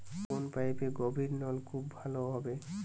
কোন পাইপে গভিরনলকুপ ভালো হবে?